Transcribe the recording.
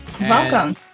Welcome